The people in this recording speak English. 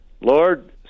Lord